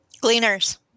Gleaners